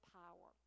power